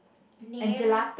name